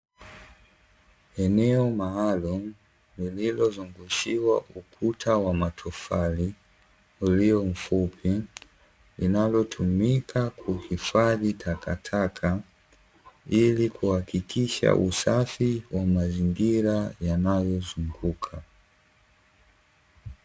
Eneo maalumu lililo zungushiwa ukuta wa matofali ulio mfupi, linalo tumika kuhifadhi takataka ili kuhakikisha usafi wa mazingira yanayo zunguka.